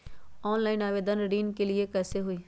Online आवेदन ऋन के लिए कैसे हुई?